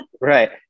Right